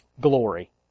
glory